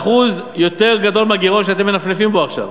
אחוז יותר גדול מהגירעון שאתם מנפנפים בו עכשיו.